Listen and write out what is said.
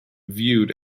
viewed